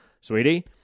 sweetie